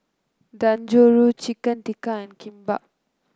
Dangojiru Chicken Tikka and Kimbap